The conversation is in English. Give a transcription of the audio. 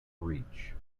reach